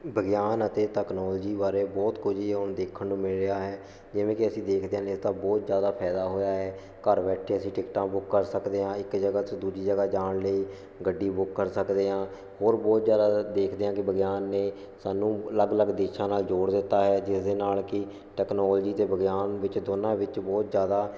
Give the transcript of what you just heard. ਵਿਗਿਆਨ ਅਤੇ ਤਕਨੋਲਜੀ ਬਾਰੇ ਬਹੁਤ ਕੁਝ ਜੇ ਹੁਣ ਦੇਖਣ ਨੂੰ ਮਿਲ ਰਿਹਾ ਹੈ ਜਿਵੇਂ ਕਿ ਅਸੀਂ ਦੇਖਦੇ ਹਾਂ ਇਸਦਾ ਬਹੁਤ ਜ਼ਿਆਦਾ ਫਾਇਦਾ ਹੋਇਆ ਹੈ ਘਰ ਬੈਠੇ ਅਸੀਂ ਟਿਕਟਾਂ ਬੁੱਕ ਕਰ ਸਕਦੇ ਹਾਂ ਇੱਕ ਜਗ੍ਹਾ ਤੋਂ ਦੂਜੀ ਜਗ੍ਹਾ ਜਾਣ ਲਈ ਗੱਡੀ ਬੁੱਕ ਕਰ ਸਕਦੇ ਹਾਂ ਹੋਰ ਬਹੁਤ ਜ਼ਿਆਦਾ ਦੇਖਦੇ ਹਾਂ ਕਿ ਵਿਗਿਆਨ ਨੇ ਸਾਨੂੰ ਅਲੱਗ ਅਲੱਗ ਦੇਸ਼ਾਂ ਨਾਲ ਜੋੜ ਦਿੱਤਾ ਹੈ ਜਿਸ ਦੇ ਨਾਲ ਕਿ ਟੈਕਨੋਲਜੀ ਅਤੇ ਵਿਗਿਆਨ ਵਿੱਚ ਦੋਨਾਂ ਵਿੱਚ ਬਹੁਤ ਜ਼ਿਆਦਾ